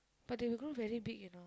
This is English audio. but they will grow very big you know